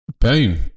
Boom